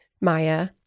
Maya